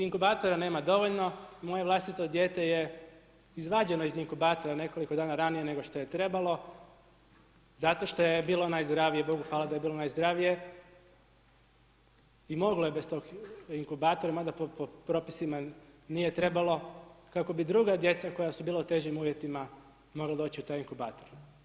Inkubatora nema dovoljno, moje vlastito dijete je izvađeno iz inkubatora nekoliko dana ranije nego što je trebalo zato što je bilo najzdravije, Bogu hvala da je bilo najzdravije, i moglo je bez toga inkubatora, mada to po propisima nije trebalo, kako bi druga djeca koja su bila u težim uvjetima, mogla doći u taj inkubator.